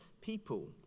people